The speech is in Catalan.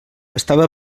estava